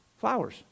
flowers